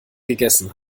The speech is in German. gegessen